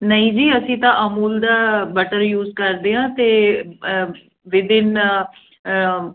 ਨਹੀਂ ਜੀ ਅਸੀਂ ਤਾਂ ਅਮੂਲ ਦਾ ਬਟਰ ਯੂਜ਼ ਕਰਦੇ ਹਾਂ ਅਤੇ ਵਿਦਇਨ